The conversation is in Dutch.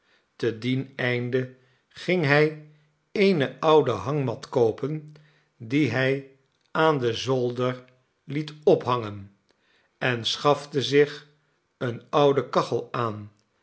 te dien einde ging hij eene oude hangmat koopen die hij aan den zolder liet ophangen en schafte zich eene oude kachel aan